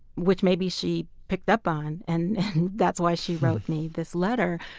which maybe she picked up on and that's why she wrote me this letter.